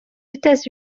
états